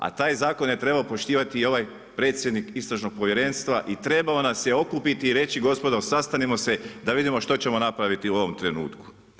A taj zakon je trebao poštivati i ovaj predsjednik Istražnog povjerenstva i trebao nas je okupiti i reći, gospodo, sastanimo se da vidimo što ćemo napraviti u ovom trenutku.